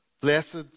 Blessed